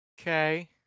okay